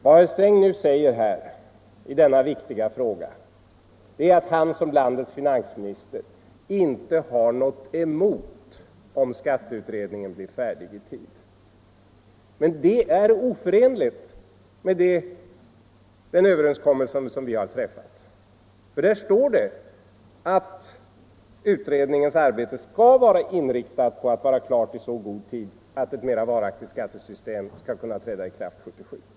Vad herr Sträng nu säger i denna viktiga fråga är att han som landets finansminister inte har något emot om skatteutredningen blir färdig i tid. Men det är oförenligt med den överenskommelse vi träffat, för där står att utredningens arbete skall vara inriktat på att bli klart i så god tid att ett mera varaktigt skattesystem skall kunna träda i kraft 1977.